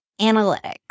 analytics